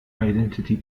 identity